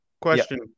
question